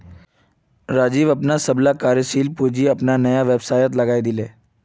राजीव अपनार सबला कार्यशील पूँजी अपनार नया व्यवसायत लगइ दीले